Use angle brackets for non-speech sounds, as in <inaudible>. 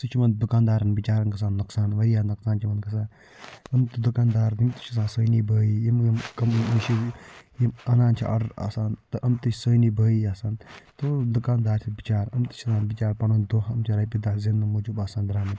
سُہ چھُ یِمَن دُکاندارَن بچارَن گژھان نۄقصان واریاہ نۄقصان چھُ یِمَن گژھان یِم تہِ دُکان دار یِم تہِ چھِ آسان سانی بھٲیی یِم یِم <unintelligible> یِم اَنان چھِ آرڈر آسان تہٕ یِم تہِ چھِ سٲنی بھٲیی آسان تہٕ تہٕ دُکان دار چھِ بِچارٕ یِم تہِ چھِ آسان بچارٕ پَنُن دۄہ <unintelligible> رۄپیہِ دٔہ زیننہٕ موٗجوٗب آسان درٛامٕتۍ